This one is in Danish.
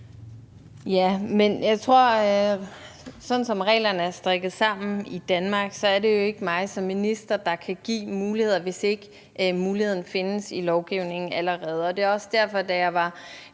(Lea Wermelin): Sådan som reglerne er strikket sammen i Danmark, er det jo ikke mig som minister, der kan give muligheder, hvis ikke muligheden findes i lovgivningen allerede. Det er også derfor, at vi